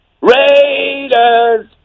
Raiders